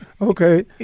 okay